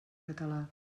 català